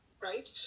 Right